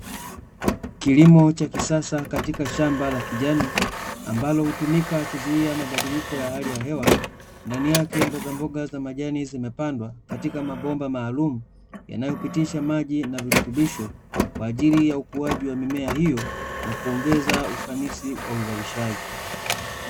Kilimo cha kisasa katika shamba la kijani, ambalo hutumika kuzuia mabadiliko ya hali ya hewa. Ndani yake mboga mboga za majani zimepandwa, katika mabomba maalum yanayopitisha maji na virutubisho, kwa ajili ya ukuaji wa mimea hiyo na kuongeza ufanisi wa uzalishaji.